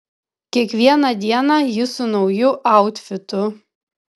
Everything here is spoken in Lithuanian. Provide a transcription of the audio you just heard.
kiekvieną dieną ji su nauju autfitu